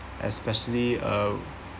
especially uh